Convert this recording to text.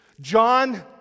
John